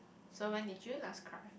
so when did you last cry